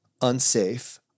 unsafe